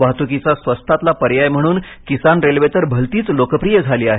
वाहत्कीचा स्वस्तातला पर्याय म्हणून किसान रेल्वे तर भलतिच लोकप्रीय झाली आहे